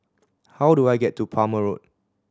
how do I get to Palmer Road